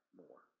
more